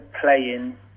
playing